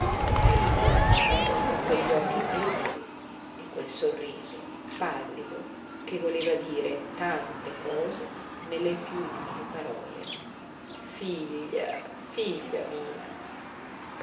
timida con quegli occhi tristi e quel sorriso pallido che voleva dire tante cose nelle più umili parole figlia figlia mia